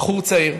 בחור צעיר